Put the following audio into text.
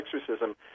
exorcism